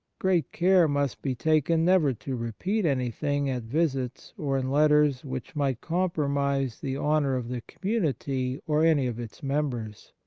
great care must be taken never to repeat anything at visits or in letters which might compromise the honour of the community or any of its members.